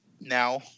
now